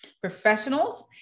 professionals